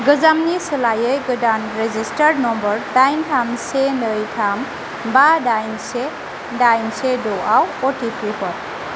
गोजामनि सोलायै गोदान रेजिस्टार्ड नाम्बार दाइन थाम से नै थाम बा दाइन से दाइन से द आव अटिपि हर